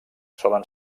solen